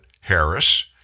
Harris